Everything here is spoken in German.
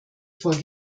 vor